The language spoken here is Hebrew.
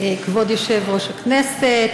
כבוד יושב-ראש הכנסת,